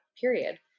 period